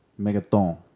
Megaton